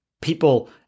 people